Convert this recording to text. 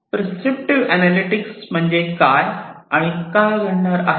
prescriptive analytics म्हणजे काय आणि का घडणार आहे